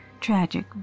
tragic